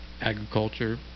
Agriculture